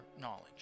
knowledge